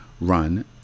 run